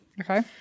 Okay